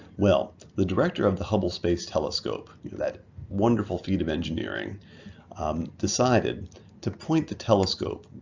well the director of the hubble space telescope you know that wonderful feat of engineering decided to point the telescope,